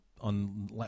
on